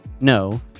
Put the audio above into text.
No